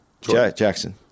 Jackson